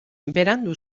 berandu